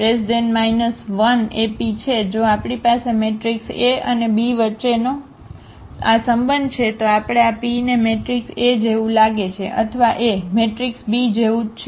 જો આપણી પાસે મેટ્રિક્સ A અને B વચ્ચેનો આ સંબંધ છે તો આપણે આ P ને મેટ્રિક્સ A જેવું લાગે છે અથવા A મેટ્રિક્સ b જેવું જ છે